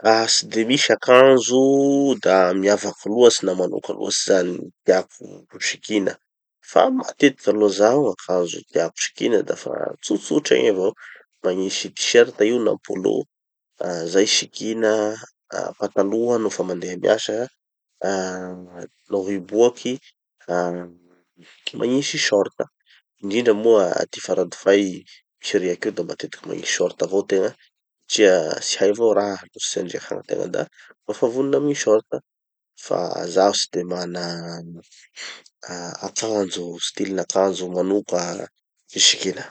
Ah tsy de misy akonjo da miavaky loatsy na manao akory loatsy zany tiako sikina. Fa matetiky aloha zaho, akanjo tiako sikina da fa tsotsotra egny avao. Magnisy t-shirt io na polo, ah zay sikina, ah pataloha nofa mandeha miasa. Ah no miboaky ah magnisy short, indrindra moa faradofay misy riaky io da matetiky magnisy short avao tegna satria tsy hay avao raha, losotry andriaky agny tegna da mba fa vonona amy gny short. Fa zaho tsy de mana a- akanjo, style-n'akanjo manoka ho sikina.